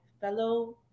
fellow